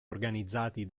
organizzati